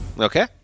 Okay